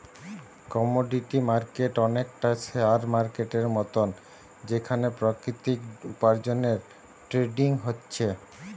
commodity market অনেকটা share মার্কেটের মতন যেখানে প্রাকৃতিক উপার্জনের ট্রেডিং হচ্ছে